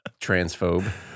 Transphobe